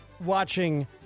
watching